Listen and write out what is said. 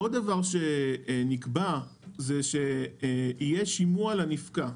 נקבע דבר נוסף והוא שיהיה שימוע לנפקע.